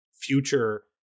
future